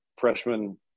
freshman